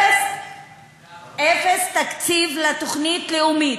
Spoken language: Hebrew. אז אפס תקציב לתוכנית לאומית.